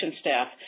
staff